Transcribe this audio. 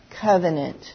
Covenant